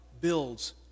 builds